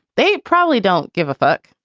they probably don't give a fuck.